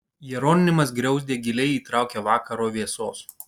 jeronimas griauzdė giliai įtraukia vakaro vėsos